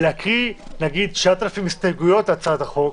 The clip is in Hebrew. לקרוא 9,000 הסתייגויות להצעת החוק.